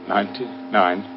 Ninety-nine